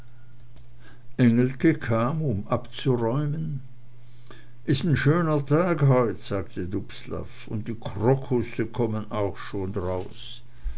um abzuräumen is ein schöner tag heut sagte dubslav und die krokusse kommen auch schon raus